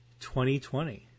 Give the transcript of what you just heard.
2020